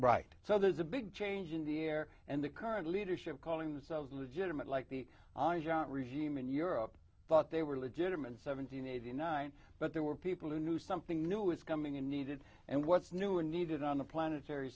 right so there's a big change in the air and the current leadership calling themselves a legitimate like the regime in europe thought they were legitimate seventeen eighty nine but there were people who knew something new is coming and needed and what's new and needed on a planetary